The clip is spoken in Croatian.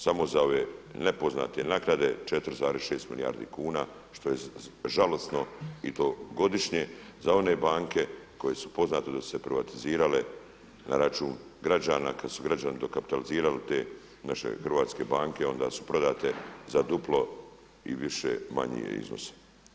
Samo za ove nepoznate naknade 4,6 milijardi kuna što je žalosno i to godišnje za one banke koje su poznate da su se privatizirale na račun građana, kada su građani dokapitalizirali te naše hrvatske banke onda su prodate za duplo i više, manje iznose.